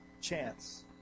chance